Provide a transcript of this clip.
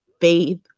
faith